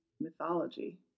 mythology